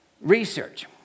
research